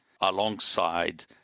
alongside